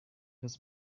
his